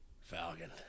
Falcon